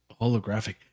holographic